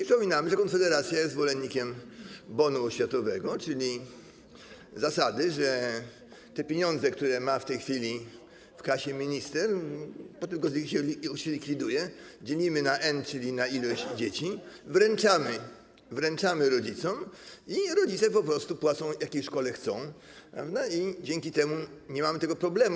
Przypominamy, że Konfederacja jest zwolennikiem bonu oświatowego, czyli zasady, że te pieniądze, które ma w tej chwili w kasie minister, po tym jak to się zlikwiduje, dzielimy na N, czyli na ilość dzieci, wręczamy rodzicom i rodzice po prostu płacą, jakiej szkole chcą, i dzięki temu nie mamy tego problemu.